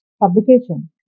publication